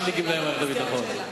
גם לגמלאי מערכת הביטחון.